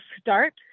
start